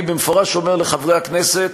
אני במפורש אומר לחברי הכנסת: